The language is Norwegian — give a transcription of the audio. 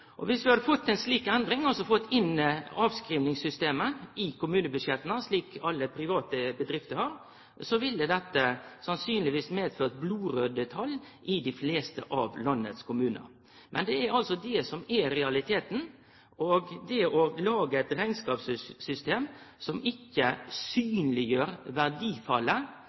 til. Viss vi hadde fått ei slik endring – altså fått inn avskrivingssystemet i kommunebudsjetta, slik alle private bedrifter har, ville dette sannsynlegvis medført blodraude tal i dei fleste av landets kommunar. Men det er det som er realiteten. Det å lage eit rekneskapssystem som ikkje synleggjer verdifallet